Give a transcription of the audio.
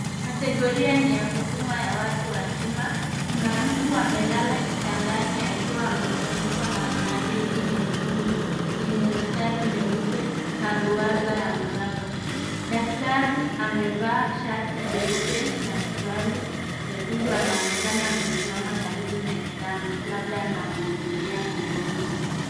Kategoria ni ya huduma ya watu wazima. Kuna mtu amelala kitandani akiwa amefunikwa na blanketi nyekundu yenye mistari myeupe na ruwaza ya mraba. Daktari amevaa shati jeupe na suruali nyekundu anaonekana akisimama karibu na kitanda labda anamhudumia mgonjwa.